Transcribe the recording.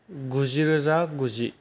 गुजिरोजा गुजि